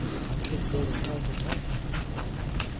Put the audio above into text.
i could go to town to-morrow, mother could i not?